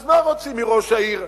אז מה רוצים מראש העיר?